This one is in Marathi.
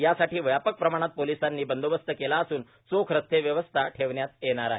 यासाठी व्यापक प्रमाणात पोलिसांनी बंदोबस्त केला असून चोख रस्ते व्यवस्था ठेवण्यात येणार आहे